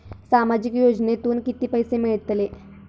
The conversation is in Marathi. सामाजिक योजनेतून किती पैसे मिळतले?